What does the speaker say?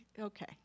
okay